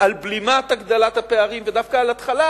על בלימה של הגדלת הפערים, ודווקא על התחלה